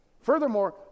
Furthermore